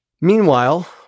Meanwhile